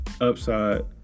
upside